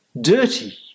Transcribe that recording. Dirty